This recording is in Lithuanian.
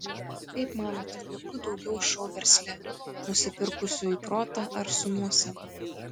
kaip manote kokių daugiau šou versle nusipirkusiųjų protą ar su nuosavu